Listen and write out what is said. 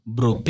Bro